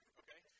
okay